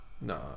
no